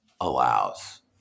allows